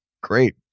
great